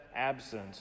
absence